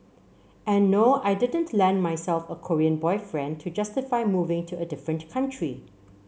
and no I didn't land myself a Korean boyfriend to justify moving to a different country